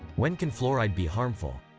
when can fluoride be harmful?